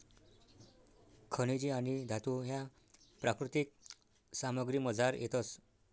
खनिजे आणि धातू ह्या प्राकृतिक सामग्रीमझार येतस